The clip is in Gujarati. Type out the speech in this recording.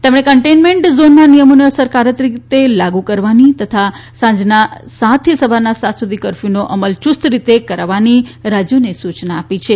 તેમણે કન્ટેનમેન્ટ ઝોનમાં નિયમોને અસરકારક રીતે લાગુ કરવાની તથા સાંજના સાતથી સવારના સાત સુધી કરફ્યુનો અમલ યૂસ્તરીતે કરવાની રાજ્યોને સૂચના આપી છે